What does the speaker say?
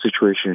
situation